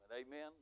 Amen